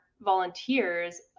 volunteers